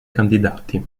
candidati